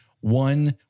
one